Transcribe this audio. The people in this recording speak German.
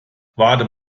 wartet